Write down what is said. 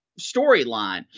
storyline